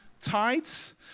tides